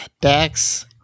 Dax